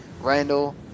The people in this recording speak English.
Randall